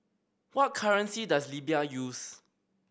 what currency does Libya use